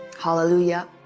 Hallelujah